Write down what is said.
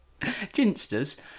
Ginsters